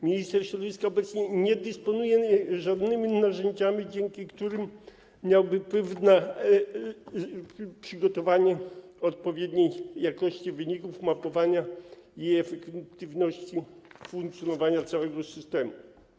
Minister środowiska obecnie nie dysponuje żadnymi narzędziami, dzięki którym miałby wpływ na zapewnienie odpowiedniej jakości wyników mapowania i efektywności funkcjonowania całego systemu.